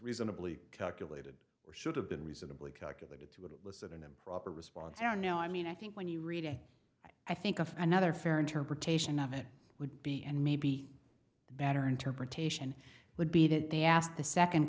reasonably calculated or should have been reasonably calculated to elicit an improper response or no i mean i think when you read it i think of another fair interpretation of it would be and maybe the better interpretation would be that they asked the second